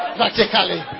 Practically